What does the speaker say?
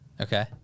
Okay